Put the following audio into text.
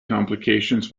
complications